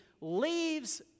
leaves